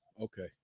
Okay